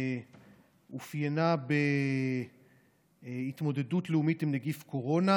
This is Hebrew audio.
אופיינה בהתמודדות לאומית עם נגיף הקורונה,